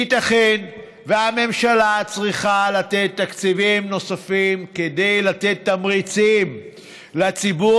ייתכן שהממשלה צריכה לתת תקציבים נוספים כדי לתת תמריצים לציבור